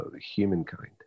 humankind